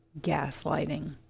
gaslighting